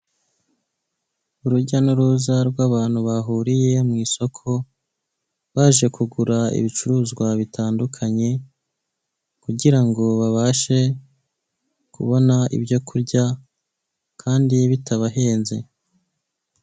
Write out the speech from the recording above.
Urujya n'uruza rw'abantu bahuriye mu isoko baje kugura ibicuruzwa bitandukanye, kugira ngo babashe kubona ibyo kurya kandi bitabahenze.